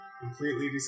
Completely